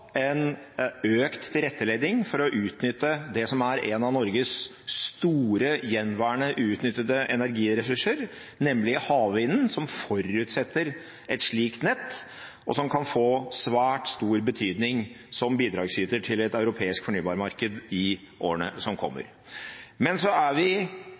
en økt tilrettelegging for å utnytte det som er en av Norges store, gjenværende uutnyttede energiressurser, nemlig havvinden, som forutsetter et slikt nett, og som kan få svært stor betydning som bidragsyter til et europeisk fornybarmarked i årene som kommer. Vi er